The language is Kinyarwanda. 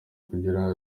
kugirango